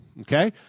Okay